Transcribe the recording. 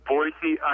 Boise